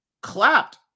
clapped